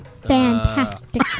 Fantastic